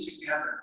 together